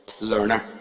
learner